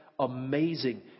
amazing